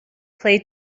play